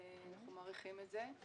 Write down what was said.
אנחנו מעריכים את זה.